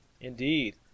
Indeed